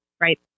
Right